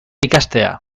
ikastea